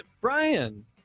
Brian